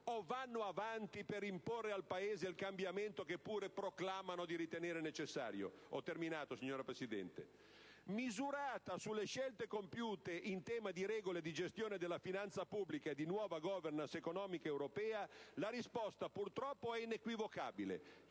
o vanno avanti per imporre al Paese il cambiamento che pure proclamano di ritenere necessario? Misurata sulle scelte compiute in tema di regole di gestione della finanza pubblica e di nuova *governance* economica europea, la risposta, purtroppo, è inequivocabile: